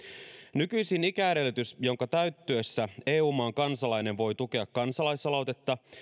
nykyisin ikäedellytys jonka täyttyessä eu maan kansalainen voi tukea kansalaisaloitetta